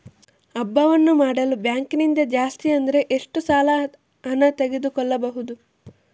ಹಬ್ಬವನ್ನು ಮಾಡಲು ಬ್ಯಾಂಕ್ ನಿಂದ ಜಾಸ್ತಿ ಅಂದ್ರೆ ಎಷ್ಟು ಸಾಲ ಹಣ ತೆಗೆದುಕೊಳ್ಳಬಹುದು?